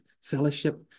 fellowship